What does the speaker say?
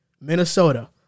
Minnesota